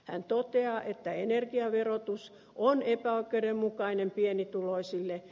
hän toteaa että energiaverotus on epäoikeudenmukainen pienituloisille